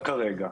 כרגע.